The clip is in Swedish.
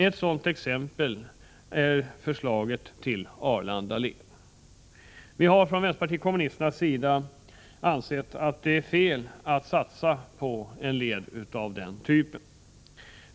Ett sådan exempel är förslaget till Arlandaled. Vi har från vpk:s sida ansett att det är fel att satsa på en led av den typen.